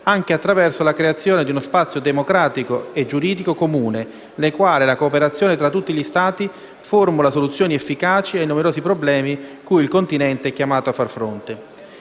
anche attraverso la creazione di uno spazio democratico e giuridico comune, nel quale la cooperazione tra tutti gli Stati formula soluzioni efficaci ai numerosi problemi cui il continente è chiamato a far fronte.